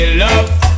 love